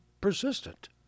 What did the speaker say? persistent